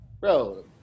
bro